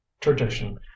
tradition